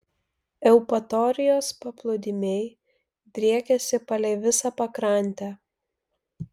eupatorijos paplūdimiai driekiasi palei visą pakrantę